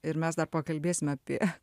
ir mes dar pakalbėsime apie